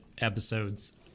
episodes